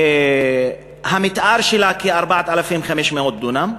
המתאר שלה כ-4,500 דונם,